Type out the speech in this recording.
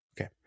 Okay